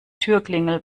türklingel